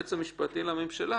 היועץ המשפטי לממשלה